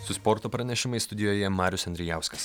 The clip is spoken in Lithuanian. su sporto pranešimais studijoje marius endriejauskas